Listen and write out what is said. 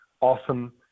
awesome